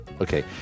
Okay